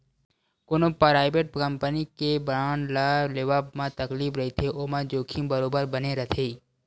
कोनो private company के bond ल लेवब म तकलीफ रहिथे ओमा जोखिम बरोबर बने रथे